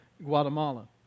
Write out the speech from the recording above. Guatemala